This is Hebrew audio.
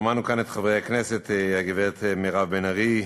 שמענו כאן את חברי הכנסת הגברת מירב בן ארי,